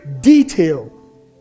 detail